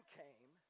came